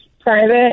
private